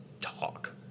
talk